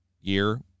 year